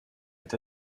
est